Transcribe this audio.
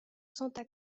santa